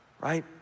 Right